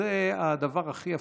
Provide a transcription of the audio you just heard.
וזה הדבר הכי יפה.